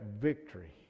victory